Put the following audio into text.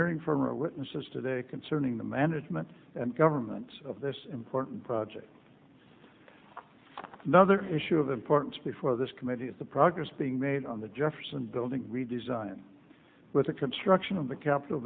hearing from or witnesses today concerning the management and government of this important project another issue of importance before this committee of the progress being made on the jefferson building redesign with the construction of the capitol